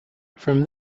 from